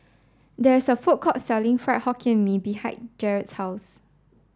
there is a food court selling fried Hokkien Mee behind Jaret's house